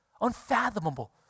unfathomable